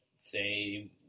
say